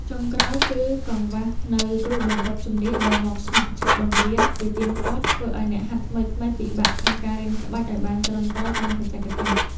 ចុងក្រោយ គឺកង្វះខាតនូវគ្រូបង្វឹកជំនាញដែលមកស្ម័គ្រចិត្តបង្រៀនជាទៀងទាត់ ធ្វើឱ្យអ្នកហាត់ថ្មីៗពិបាកក្នុងការរៀនក្បាច់ឱ្យបានត្រឹមត្រូវតាមបច្ចេកទេស។